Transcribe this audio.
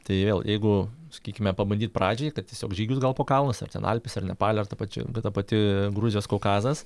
tai vėl jeigu sakykime pabandyt pradžiai kad tiesiog žygius gal po kalnus ar ten alpėse ar nepale ar ta pačia ta pati gruzijos kaukazas